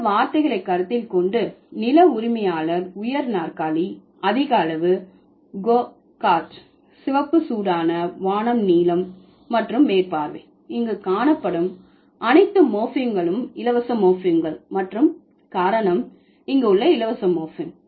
இந்த வார்த்தைகளை கருத்தில் கொண்டு நிலஉரிமையாளர் உயர் நாற்காலி அதிக அளவு கோ கார்ட் சிவப்பு சூடான வானம் நீலம் மற்றும் மேற்பார்வை இங்கு காணப்படும் அனைத்து மோர்ப்பீம்களும் இலவச மோர்ப்பீம்கள் மற்றும் காரணம் இங்கு உள்ள இலவச மோர்ப்பீம்